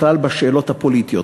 בכלל בשאלות הפוליטיות.